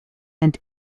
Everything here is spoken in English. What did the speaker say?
and